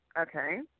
okay